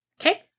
Okay